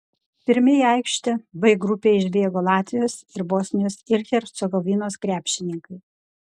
pirmi į aikštę b grupėje išbėgo latvijos ir bosnijos ir hercegovinos krepšininkai